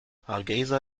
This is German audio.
hargeysa